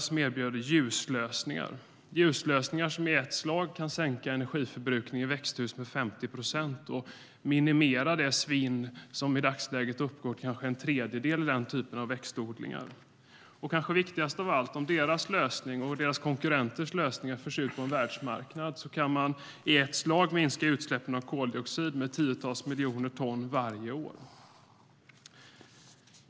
Det erbjuder ljuslösningar som i ett slag minskar energiförbrukningen i växthus med 50 procent och minimerar det svinn som i dagsläget uppgår till kanske en tredjedel i den typen av växtodlingar. Och kanske viktigast av allt: Om deras lösning och deras konkurrenters lösningar förs ut på en världsmarknad kan man i ett slag minska utsläppen av koldioxid med tiotals miljoner ton varje år.